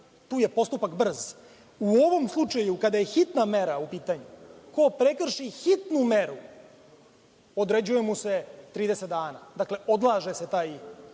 tu je postupak brz. U ovom slučaju kada je hitna mera u pitanju, ko prekrši hitnu meru određuje mu se 30 dana. Dakle, odlaže se taj postupak.